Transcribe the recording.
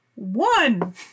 One